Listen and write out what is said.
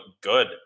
good